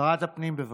שרת הפנים, בבקשה.